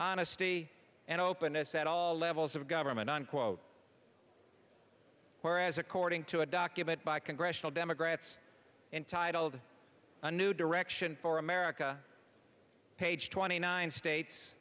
honesty and openness at all levels of government unquote whereas according to a document by congressional democrats entitled a new direction for america page twenty nine states